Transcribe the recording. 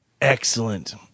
Excellent